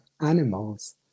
animals